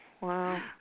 Wow